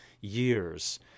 years